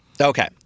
Okay